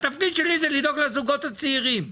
התפקיד שלי זה לדאוג לזוגות הצעירים,